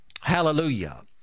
hallelujah